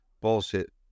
bullshit